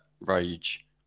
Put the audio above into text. rage